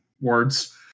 words